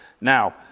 Now